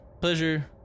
Pleasure